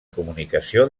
comunicació